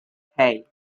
hey